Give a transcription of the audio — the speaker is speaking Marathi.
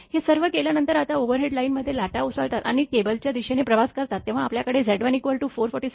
हे सर्व केल्यानंतर आता ओव्हरहेड लाईनमध्ये लाटा उसळतात आणि केबलच्या दिशेने प्रवास करतात तेव्हा आपल्याकडेZ1 447 आणि Z2 49